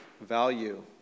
value